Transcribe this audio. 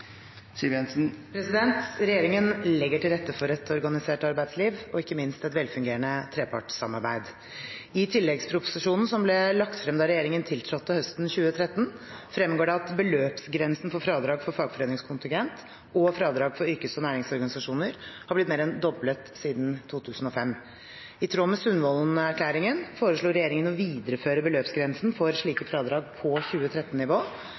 Regjeringen legger til rette for et organisert arbeidsliv og ikke minst et velfungerende trepartssamarbeid. I tilleggsproposisjonen som ble lagt frem da regjeringen tiltrådte høsten 2013, fremgår det at beløpsgrensen for fradrag for fagforeningskontingent og fradrag for yrkes- og næringsorganisasjoner er blitt mer enn doblet siden 2005. I tråd med Sundvolden-erklæringen foreslo regjeringen å videreføre beløpsgrensen for slike fradrag på